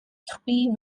three